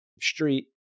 street